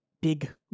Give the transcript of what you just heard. big